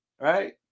Right